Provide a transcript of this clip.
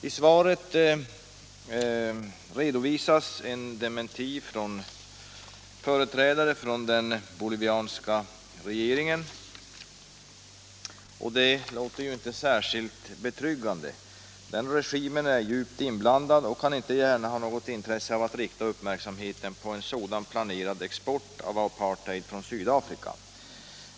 I svaret redovisas en dementi från företrädare för den bolivianska regeringen, men det är ju inte särskilt betryggande. Den regimen är djupt inblandad och kan inte gärna ha något intresse av att rikta uppmärksamheten på en sådan planerad export av apartheid från Sydafrika.